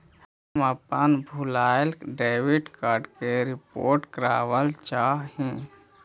हम अपन भूलायल डेबिट कार्ड के रिपोर्ट करावल चाह ही